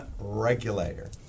regulator